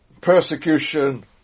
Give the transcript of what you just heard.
Persecution